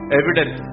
evident